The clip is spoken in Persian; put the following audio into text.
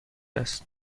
است